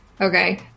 Okay